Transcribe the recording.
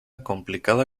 complicada